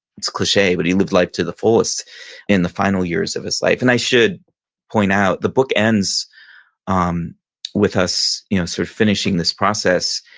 it's cliche but he lived life to the fullest in the final years of his life. and i should point out, the book ends um with us sort of finishing this process.